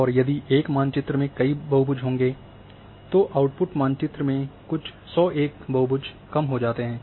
और यदि एक मानचित्र में कई बहुभुज होंगे तो आउटपुट मानचित्र में कुछ सौ एक बहुभुज कम हो जाते हैं